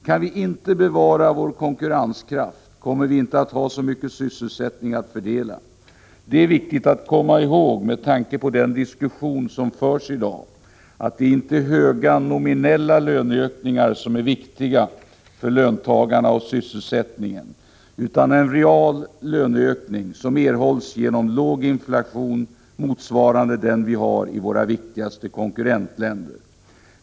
Kan vi icke bevara vår konkurrenskraft kommer vi inte att ha så mycket sysselsättning att fördela. Det är viktigt att komma ihåg med tanke på den diskussion som förs i dag, att det är inte höga nominella löneökningar som är viktiga för löntagarna och för sysselsättningen utan en real löneökning som erhålls genom låg inflation motsvarande den vi har i våra viktigaste konkurrentländer.